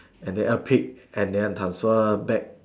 and than a pig and than transfer back